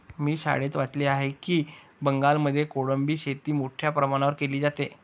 मी शाळेत वाचले आहे की बंगालमध्ये कोळंबी शेती मोठ्या प्रमाणावर केली जाते